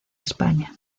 españa